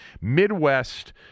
Midwest